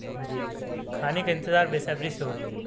جی کھانے کا انتظار بے صبری سے ہو رہی ہے